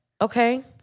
okay